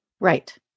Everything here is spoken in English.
Right